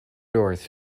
doors